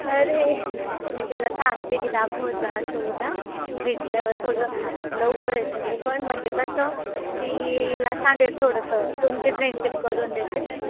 अरे मी तिला सांगते की दाखव जा असं उद्या भेटल्यावर थोडं लवकर येते मी पण म्हणजे कसं तिला सांगेल थोडंसं तुमची फ्रेंडशिप करून देते